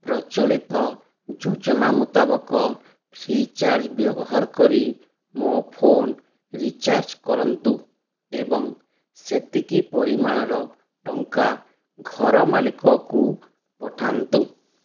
ପ୍ରଚଳିତ ଯୋଜନା ମୁତାବକ ଫ୍ରି ଚାର୍ଜ୍ ବ୍ୟବହାର କରି ମୋ ଫୋନ ରିଚାର୍ଜ କରନ୍ତୁ ଏବଂ ସେତିକି ପରିମାଣର ଟଙ୍କା ଘର ମାଲିକକୁ ପଠାନ୍ତୁ